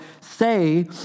say